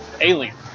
alien